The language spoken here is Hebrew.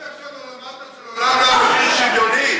עד עכשיו לא למדת שלעולם לא היה מחיר שוויוני?